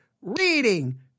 Reading